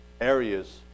areas